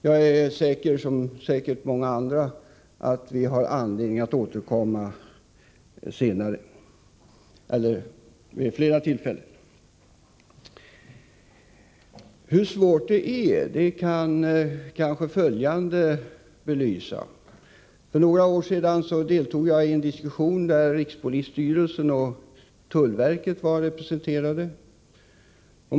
Jag tror, liksom säkerligen många andra, att vi får anledning att återkomma vid flera tillfällen. Hur svårt det är att lösa dessa problem kan kanske följande belysa. För några år sedan deltog jag i en diskussion där rikspolisstyrelsen och tullverket var representerade.